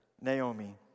Naomi